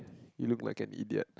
you look like an idiot